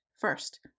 first